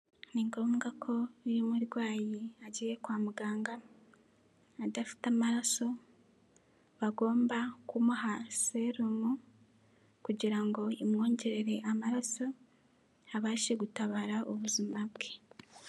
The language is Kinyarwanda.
Ni ngombwa ko uyu murwayi agiye kwa muganga adafite amaraso bagomba kumuha seruomu kugira ngo imwongerere amaraso ibashe gutabara ubuzima bwe.